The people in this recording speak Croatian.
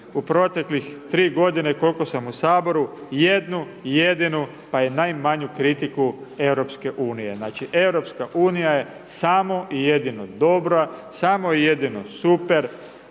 u proteklih 3 godine koliko sam u saboru jednu jedinu pa i najmanju kritiku EU. Znači, EU je samo i jedino dobra, samo i jedino super,